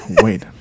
Wait